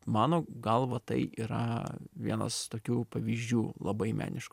mano galva tai yra vienas tokių pavyzdžių labai menišku